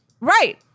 Right